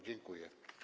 Dziękuję.